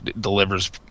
delivers